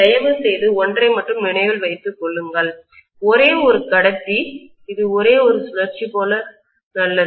தயவுசெய்து ஒன்றை மட்டும் நினைவில் வைத்துக் கொள்ளுங்கள் ஒரே ஒரு கடத்தி இது ஒரே ஒரு சுழற்சி போல நல்லது